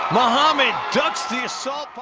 muhammad ducks the assault.